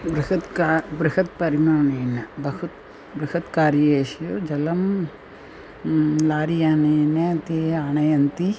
बृहत् का बृहत् परिमाणेन बहु बृहत् कार्येषु जलं लारियानेन ते आनयन्ति